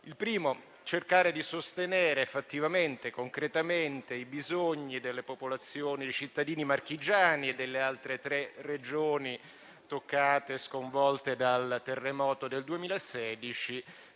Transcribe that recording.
Il primo è cercare di sostenere fattivamente e concretamente i bisogni dei cittadini marchigiani e delle altre tre Regioni sconvolte dal terremoto del 2016,